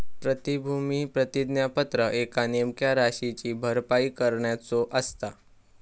प्रतिभूती प्रतिज्ञापत्र एका नेमक्या राशीची भरपाई करण्याचो असता